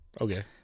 Okay